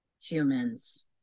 humans